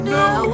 no